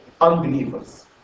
unbelievers